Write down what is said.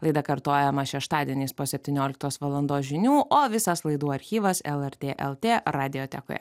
laida kartojama šeštadieniais po septynioliktos valandos žinių o visas laidų archyvas lrt lt radiotekoje